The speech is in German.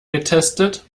getestet